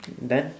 done